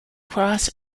cross